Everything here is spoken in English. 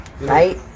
right